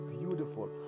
beautiful